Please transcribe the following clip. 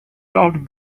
laughed